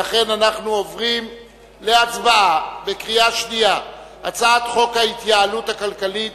לכן אנחנו עוברים להצבעה בקריאה שנייה על הצעת חוק ההתייעלות הכלכלית